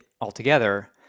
altogether